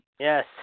Yes